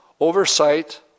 Oversight